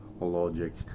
logic